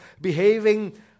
behaving